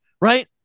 Right